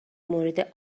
مورد